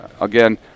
Again